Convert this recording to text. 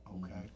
Okay